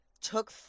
took